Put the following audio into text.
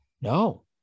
No